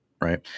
right